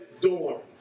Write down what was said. dorm